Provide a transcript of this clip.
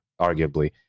arguably